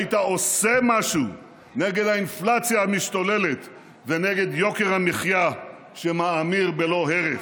היית עושה משהו נגד האינפלציה המשתוללת ונגד יוקר המחיה שמאמיר בלא הרף.